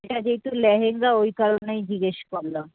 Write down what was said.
হ্যাঁ যেহেতু লেহেঙ্গা ওই কারণেই জিজ্ঞেস করলাম